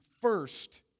first